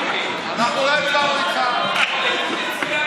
אני קורא אותך לסדר פעם ראשונה.